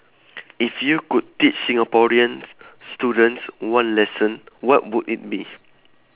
if you could teach singaporean students one lesson what would it be